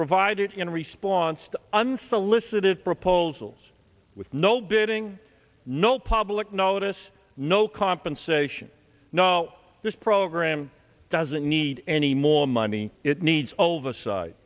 provided in response to unsolicited proposals with no bidding no public notice no compensation no this program doesn't need any more money it needs